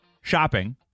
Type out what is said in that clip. shopping